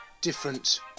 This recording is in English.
different